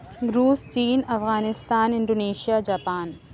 روس چین Afghanistan Indonesia Japan